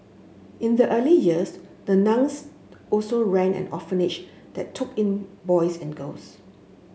in the early years the nuns also ran an orphanage that took in boys and girls